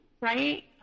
right